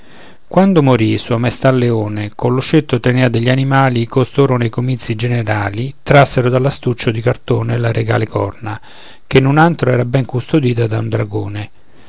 animali quando morì sua maestà leone che lo scettro tenea degli animali costoro nei comizi generali trassero dall'astuccio di cartone la regale corona che in un antro era ben custodita da un dragone